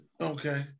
Okay